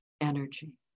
energy